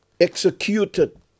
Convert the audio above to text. executed